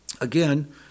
again